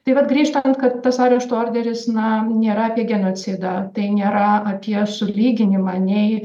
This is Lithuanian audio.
tai vat grįžtant kad tas arešto orderis na nėra apie genocidą tai nėra apie sulyginimą nei